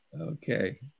Okay